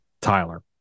Tyler